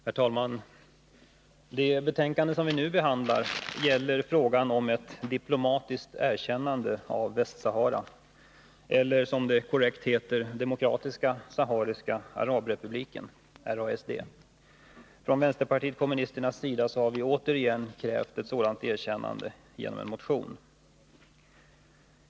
Herr talman! Det betänkande som vi nu behandlar gäller frågan om ett diplomatiskt erkännande av Västra Sahara eller, som det korrekt heter, Demokratiska sahariska arabrepubliken . Vänsterpartiet kommunisterna har återigen krävt ett sådant erkännande i en motion.